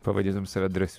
pavadintum save drąsiu